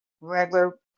regular